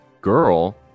girl